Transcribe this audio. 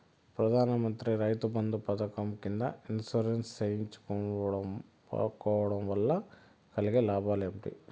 ప్రధాన మంత్రి రైతు బంధు పథకం కింద ఇన్సూరెన్సు చేయించుకోవడం కోవడం వల్ల కలిగే లాభాలు ఏంటి?